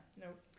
Nope